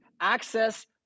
access